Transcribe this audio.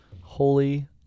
holy